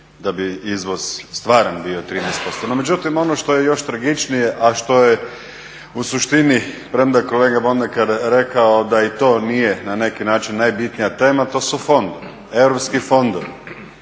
da bi izvoz stvaran bio 13%. No međutim, ono što je još tragičnije a što je suštini, premda je kolega Mondekar rekao da i to nije na neki način najbitnija tema. To su fondovi, europski fondovi.